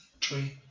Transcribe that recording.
Tree